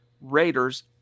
Raiders